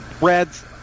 Reds